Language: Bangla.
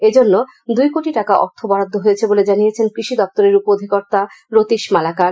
এজন্য দুই কোটি টাকা অর্থ বরাদ্দ হয়েছে বলে জানিয়েছেন কৃষি দপ্তরের উপ অধিকর্তা রতীশ মালাকার